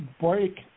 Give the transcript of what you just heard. break